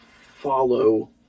follow